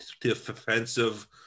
defensive